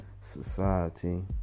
society